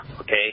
okay